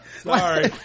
Sorry